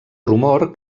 rumor